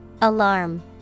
alarm